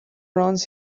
runs